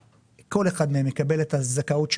כל אחד מהם יקבל את הזכאות שלו,